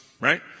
right